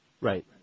Right